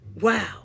wow